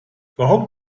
warum